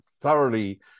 thoroughly